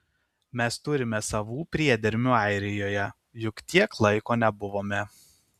mes turime savų priedermių airijoje juk tiek laiko nebuvome